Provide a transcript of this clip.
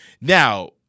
Now